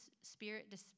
Spirit